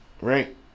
Right